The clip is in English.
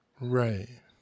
Right